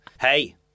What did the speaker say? Hey